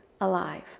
alive